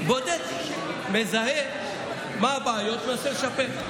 בודק, מזהה מה הבעיות ומנסה לשפר.